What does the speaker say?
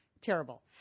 terrible